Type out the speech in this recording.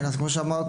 כמו שאמרת,